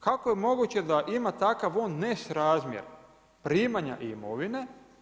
Kako je moguće da ima takav on nesrazmjer primanja i imovine?